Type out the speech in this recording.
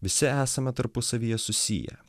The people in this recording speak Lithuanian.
visi esame tarpusavyje susiję